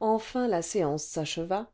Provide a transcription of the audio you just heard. enfin la séance s'acheva